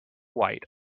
white